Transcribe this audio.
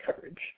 courage